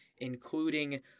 including